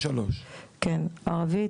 ערבית,